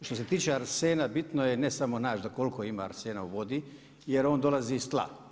Što se tiče arsena bitno je ne samo naći do koliko ima arsena u vodi, jer on dolazi iz tla.